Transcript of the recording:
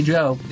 Joe